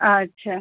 अच्छा